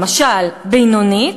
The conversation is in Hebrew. למשל בינונית,